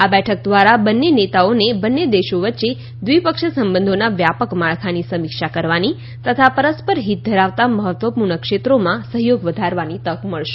આ બેઠક દ્વારા બંન્ને નેતાઓને બંન્ને દેશો વચ્ચે દ્વિપક્ષીય સંબંધોના વ્યાપક માળખાની સમીક્ષા કરવાની તથા પરસ્પર હિત ધરાવતા મહત્વપૂર્ણ ક્ષેત્રોમાં સહ્યોગ વધારવાની તક મળશે